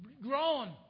grown